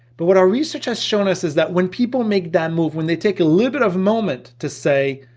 but what our research has shown us, is that when people make that move when they take a little bit of moment, to say,